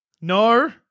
No